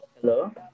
hello